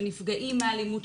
שנפגעים מאלימות,